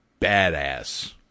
badass